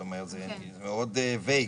זה מאוד מעורפל.